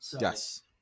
Yes